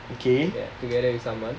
okay